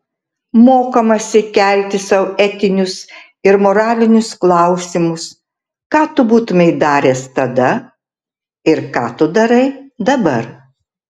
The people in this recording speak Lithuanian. mokomasi kelti sau etinius ir moralinius klausimus ką tu būtumei daręs tada ir ką tu darai dabar